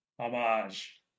homage